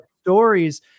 stories